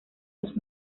los